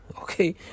okay